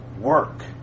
Work